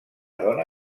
dona